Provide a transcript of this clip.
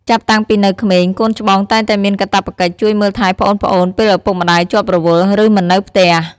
ចាប់តាំំងពីនៅក្មេង កូនច្បងតែងតែមានកាតព្វកិច្ចជួយមើលថែប្អូនៗពេលឪពុកម្ដាយជាប់រវល់ ឬមិននៅផ្ទះ។